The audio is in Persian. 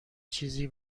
چیزی